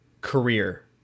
career